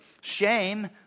Shame